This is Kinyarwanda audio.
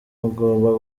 mugomba